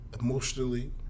emotionally